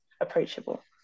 approachable